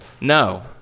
no